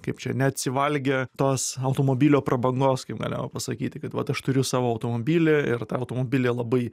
kaip čia neatsivalgę tos automobilio prabangos kaip galima pasakyti kad vat aš turiu savo automobilį ir tą automobilį labai